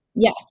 Yes